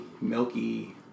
milky